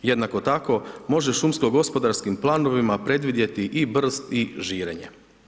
Jednako tako, može šumsko gospodarskim planovima predvidjeti i brst i žirenje.